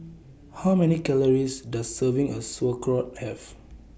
How Many Calories Does Serving of Sauerkraut Have